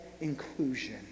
inclusion